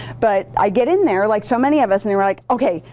but i get in there like so many of us and we're like, okay,